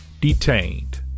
Detained